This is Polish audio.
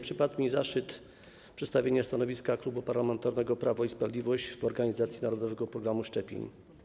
Przypadł mi zaszczyt przedstawienia stanowiska Klubu Parlamentarnego Prawo i Sprawiedliwość w sprawie organizacji Narodowego Programu Szczepień.